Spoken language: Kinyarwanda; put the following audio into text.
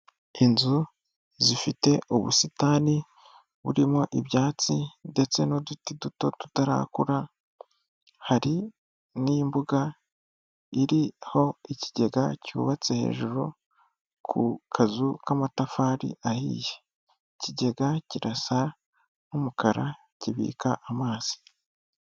Inzu zifite ubusitani burimo ibyatsi ndetse n'uduti duto tutarakura, hari n'imbuga iriho ikigega cyubatse hejuru ku kazu k'amatafari ahiye, ikigega kirasa n'umukara kibika amazi.